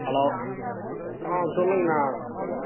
hello ஆ சொல்லுங்கண்ணா hello